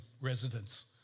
residents